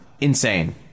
insane